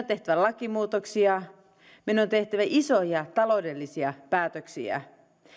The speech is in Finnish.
tehtävä lakimuutoksia meidän on tehtävä isoja taloudellisia päätöksiä